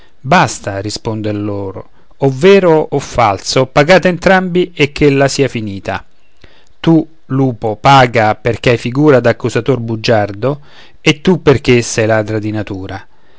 mestiero basta risponde lor o falso o vero pagate entrambi e che la sia finita tu lupo paga perché fai figura d'accusator bugiardo e tu perché sei ladra di natura